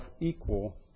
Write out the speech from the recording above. equal